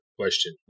question